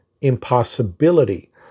impossibility